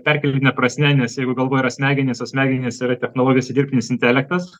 perkeltine prasme nes jeigu galvoj yra smegenys o smegenys yra technologijos i dirbtinis intelektas